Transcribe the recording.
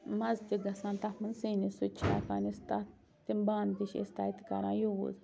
مَزٕ تہِ گَژھان تَتھ منٛز سِنِس سٍتۍ سُہ تہِ چھِ ہٮ۪کان أسۍ تَتھ تِم بانہٕ تہِ چھِ أسۍ تَتہِ کَران یوٗز